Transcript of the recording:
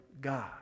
God